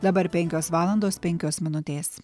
dabar penkios valandos penkios minutės